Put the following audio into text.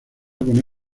con